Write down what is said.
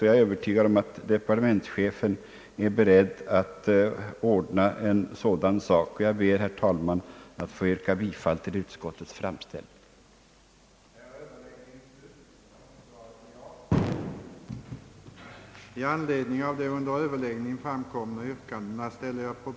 Jag är övertygad om att departementschefen är beredd att ordna en sådan sak, och jag ber, herr talman, att få yrka bifall till utskottets framställning. därest den tekniska forskningen ledde till mycket varierande och ibland extremt kort ekonomisk livslängd för industribyggnader.